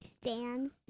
Stands